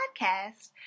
podcast